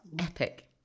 Epic